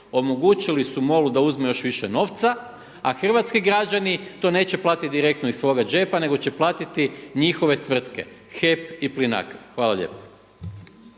Omogućili su MOL-u da uzme još više novca, a hrvatski građani to neće platiti direktno iz svoga džepa nego će platiti njihove tvrtke HEP i Plinacro. Hvala lijepo.